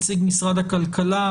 נציג משרד הכלכלה,